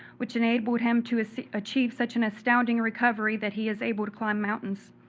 which enabled him to so achieve such an astounding recovery that he is able to climb mountains.